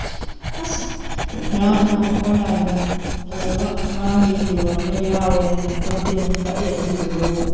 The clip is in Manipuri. ꯑꯁ ꯉꯔꯥꯡ ꯅꯍꯥꯟ ꯑꯣꯟꯂꯥꯏꯟꯗ ꯐꯖꯕ ꯑꯉꯥꯡꯒꯤ ꯐꯤꯔꯣꯟ ꯑꯃ ꯌꯥꯎꯋꯦꯗꯅ ꯀꯛꯀꯦꯅ ꯀꯛꯑꯦ ꯑꯗꯨꯏꯗꯨꯒꯕꯨ